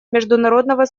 международного